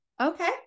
okay